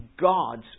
God's